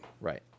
Right